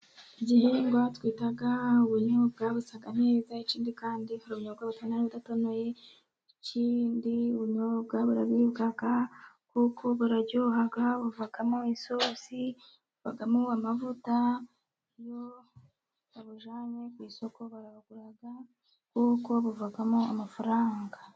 Igihingwa twita ubunyobwa busa neza, ikindi kandi hari ubunyobwa butonoye n'ubudatonoye, ikindi ubunyobwa buraribwa kuko buraryoha, buvamo isosi, buvamo amavuta. Iyo babujyanye ku isoko barabugura kuko buvamo amafaranga.